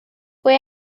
fue